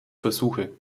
versuche